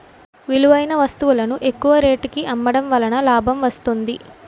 విలువైన వస్తువులను ఎక్కువ రేటుకి అమ్మడం వలన లాభం వస్తుంది